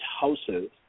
houses